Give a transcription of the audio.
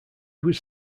was